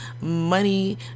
Money